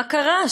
מה קרה?